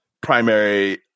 primary